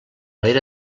era